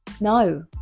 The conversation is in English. No